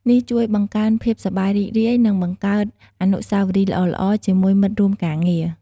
នេះជួយបង្កើនភាពសប្បាយរីករាយ និងបង្កើតអនុស្សាវរីយ៍ល្អៗជាមួយមិត្តរួមការងារ។